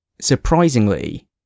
surprisingly